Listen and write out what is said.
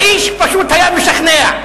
האיש פשוט היה משכנע.